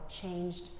changed